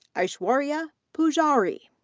aishwarya poojary.